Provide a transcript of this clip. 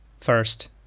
First